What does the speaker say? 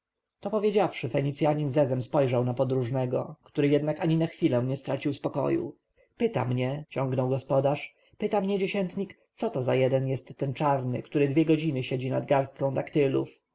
to powiedziawszy fenicjanin zezem spojrzał na podróżnego który jednak ani na chwilę nie stracił spokoju pyta mnie ciągnął gospodarz pyta mnie dziesiętnik co za jeden jest ten czarny który dwie godziny siedzi nad garstką